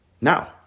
Now